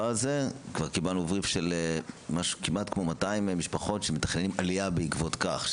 קיבלנו מידע על משהו כמו 200 משפחות שמתכננות עלייה בעקבות כך.